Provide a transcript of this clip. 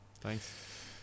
thanks